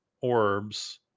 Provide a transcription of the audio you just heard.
orbs